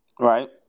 right